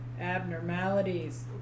abnormalities